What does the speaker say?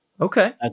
Okay